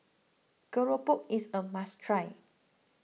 Keropok is a must try